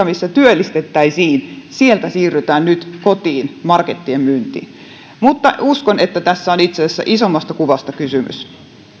missä työllistettäisiin siirrytään nyt kotiin markettien myyntiin mutta uskon että tässä on itse asiassa isommasta kuvasta kysymys